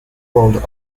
world